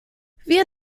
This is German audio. wir